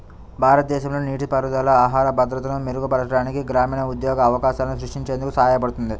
భారతదేశంలో నీటిపారుదల ఆహార భద్రతను మెరుగుపరచడానికి, గ్రామీణ ఉద్యోగ అవకాశాలను సృష్టించేందుకు సహాయపడుతుంది